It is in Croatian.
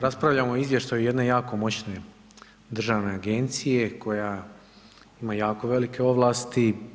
Raspravljamo o izvješću jedne jako moćne državne agencije, koja ima jako velike ovlasti.